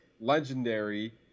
Legendary